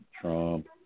Trump